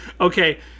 Okay